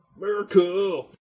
Miracle